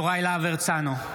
(קורא בשם חבר הכנסת) יוראי להב הרצנו,